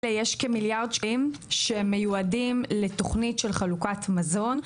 יש כמיליארד שקלים שמיועדים לתוכנית של חלוקת מזון,